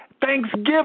Thanksgiving